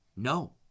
no